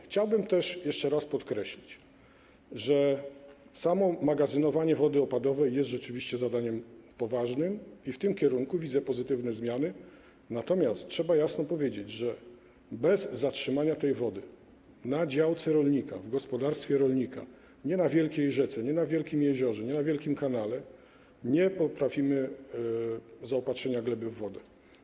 Chciałbym też jeszcze raz podkreślić, że samo magazynowanie wody opadowej jest rzeczywiście zadaniem poważnym i w tym kierunku widzę pozytywne zmiany, natomiast trzeba jasno powiedzieć, że bez zatrzymania tej wody na działce rolnika, w gospodarstwie rolnika, nie na wielkiej rzece, nie na wielkim jeziorze, nie na wielkim kanale, nie poprawimy zaopatrzenia gleby w wodę.